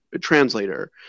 translator